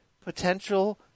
potential